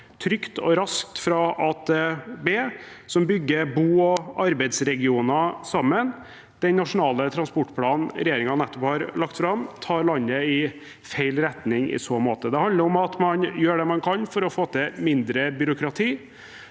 trygt og raskt fra a til b, som bygger bo- og arbeidsregioner sammen. Den nasjonale transportplanen regjeringen nettopp har lagt fram, tar landet i feil retning i så måte. Det handler om at man gjør det man kan for å få til mindre byråkrati.